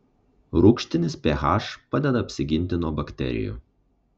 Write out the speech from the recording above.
rūgštinis ph padeda apsiginti nuo bakterijų